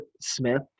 smith